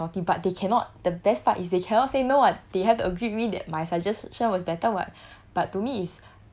as in anyone will be salty but they cannot the best part is they cannot say no [what] they had to agree with me that my suggestion was better [what]